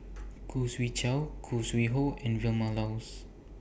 Khoo Swee Chiow Khoo Sui Hoe and Vilma Laus